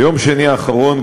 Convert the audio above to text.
ביום שני האחרון,